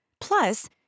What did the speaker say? Plus